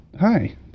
Hi